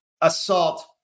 assault